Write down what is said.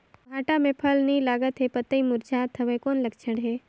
भांटा मे फल नी लागत हे पतई मुरझात हवय कौन लक्षण हे?